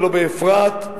ולא באפרת,